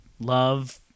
love